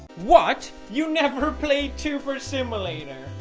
what? you never played tuber simulator?